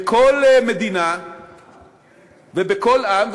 בכל מדינה ובכל עם,